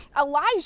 Elijah